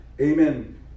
amen